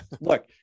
Look